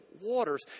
waters